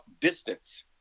distance